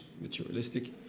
materialistic